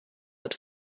but